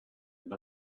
and